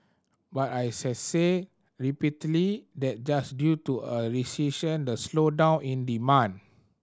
but as I said repeatedly that just due to a recession the slowdown in demand